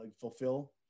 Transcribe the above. fulfill